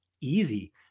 Easy